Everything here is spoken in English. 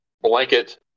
blanket